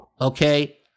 Okay